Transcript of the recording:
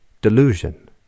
delusion